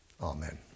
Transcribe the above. Amen